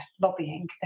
lobbying